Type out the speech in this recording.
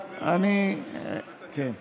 דווקא נראה שמי שתולה את הנעליים זה לא נתניהו.